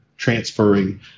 transferring